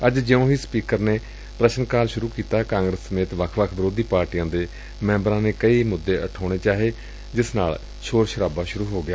ਅੱਜ ਜਿਉਂ ਹੀ ਸਪੀਕਰ ਨੈ ਪ੍ਰਸ਼ਨ ਕਾਲ ਸੁਰੁ ਕੀਤਾ ਕਾਂਗਰਸ ਸਮੇਤ ਵੱਖ ਵੱਖ ਵਿਰੋਧੀ ਪਾਰਟੀਆਂ ਦੇ ਮੈਂਬਰਾਂ ਨੇ ਕਈ ਮੁੱਦੇ ਉਠਾਉਣੇ ਚਾਹੇ ਜਿਸ ਨਾਲ ਸੋਰ ਸਰਾਬਾ ਸੁਰੂ ਹੋ ਗਿਆ